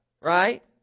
Right